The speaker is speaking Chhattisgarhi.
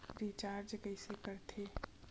रिचार्ज कइसे कर थे?